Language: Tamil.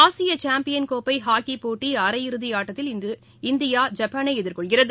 ஆசிய சாம்பியன் கோப்பை ஹாக்கிப் போட்டி அரையிறுதி ஆட்டத்தில் இந்தியா இன்று ஐப்பானை எதிர்கொள்கிறது